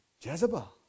Jezebel